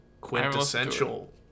quintessential